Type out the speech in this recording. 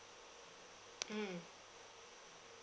mm